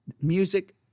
Music